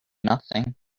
nothing